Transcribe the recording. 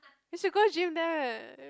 you should go gym there